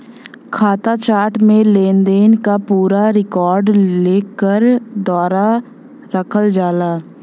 खाता चार्ट में लेनदेन क पूरा रिकॉर्ड लेखाकार द्वारा रखल जाला